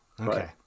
okay